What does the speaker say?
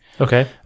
Okay